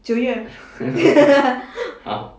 九月